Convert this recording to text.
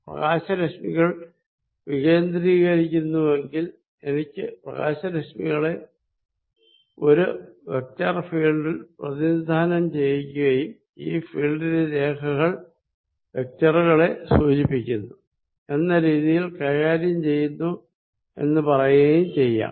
പ്രകാശരശ്മികൾ വികേന്ദ്രീകരിക്കുന്നുവെങ്കിൽ എനിക്ക് പ്രകാശരശ്മികളെ ഒരു വെക്ടർ ഫീൽഡിൽ പ്രതിനിധാനം ചെയ്യിക്കുകയും ഈ ഫീൽഡിലെ രേഖകൾ വെക്റ്ററുകളെ സൂചിപ്പിക്കുന്നു എന്ന രീതിയിൽ കൈകാര്യം ചെയ്യുന്നു എന്ന പറയുകയും ചെയ്യാം